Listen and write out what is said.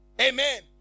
Amen